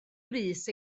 brys